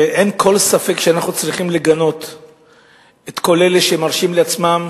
אין כל ספק שאנחנו צריכים לגנות את כל אלה שמרשים לעצמם